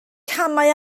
camau